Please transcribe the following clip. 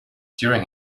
during